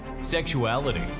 sexuality